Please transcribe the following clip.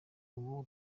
ubu